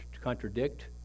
contradict